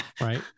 Right